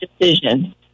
decision